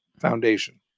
foundation